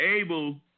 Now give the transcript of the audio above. able